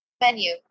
Menu